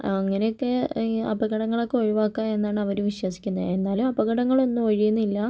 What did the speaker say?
അങ്ങനെയൊക്കെ ഈ അപകടങ്ങളൊക്കെ ഒഴിവാക്കാം എന്നാണ് അവർ വിശ്വസിക്കുന്നത് എന്നാലും അപകടങ്ങൾ ഒന്നും ഒഴിയുന്നില്ല